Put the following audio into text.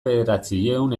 bederatziehun